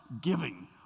giving